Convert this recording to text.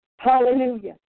hallelujah